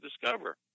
discover